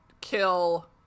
kill